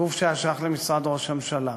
גוף שהיה שייך למשרד ראש הממשלה,